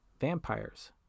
vampires